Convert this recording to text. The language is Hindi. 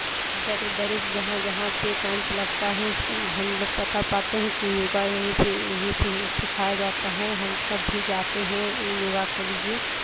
दरे दरे पे जहाँ जहाँ पे कैंप लगता है सुन हम लोग पता पाते हैं कि योगा यहीं पे यहीं पे सिखाया जाता है हम सब भी जाते हैं योगा के लिए